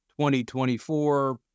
2024